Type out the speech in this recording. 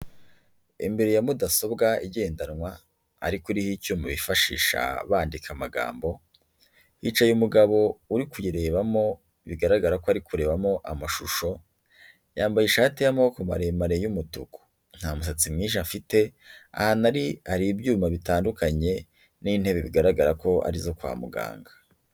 Imbere ya mudasobwa igendanwa ariko iriho icyuma bifashisha bandika amagambo, hicaye umugabo uri kuyirebamo bigaragara ko ari kurebamo amashusho, yambaye ishati y'amaboko maremare y'umutuku, nta musatsi mwinshi afite, ahantu ari hari ibyuma bitandukanye, n'intebe bigaragara ko ari izo kwa muganga.